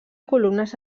columnes